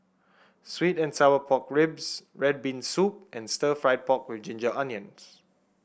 sweet and Sour Pork Ribs red bean soup and Stir Fried Pork with Ginger Onions